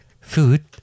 Food